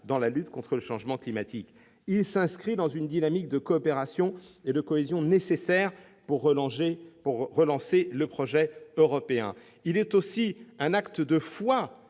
dans la lutte contre le changement climatique. Il s'inscrit dans une dynamique de coopération et de cohésion nécessaire pour relancer le projet européen. Enfin, il est un acte de foi